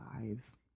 lives